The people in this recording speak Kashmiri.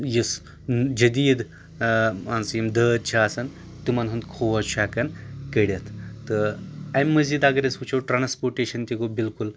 یُس جٔدیٖد مان ژٕ یِم دٲدۍ چھِ آسَان تِمن ہُنٛد کھوج چھُ ہٮ۪کَان کٔڑِتھ تہٕ اَمہِ مٔزیٖد اگر أسۍ وٕچھو ٹرٛانَسپوٹیشَن تہِ گوٚو بالکُل